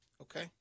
Okay